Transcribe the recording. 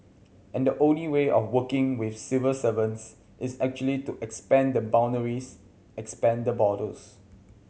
and the only way of working with civil servants is actually to expand the boundaries expand the borders